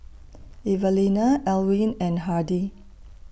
Evalena Elwin and Hardie